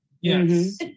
Yes